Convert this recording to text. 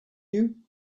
you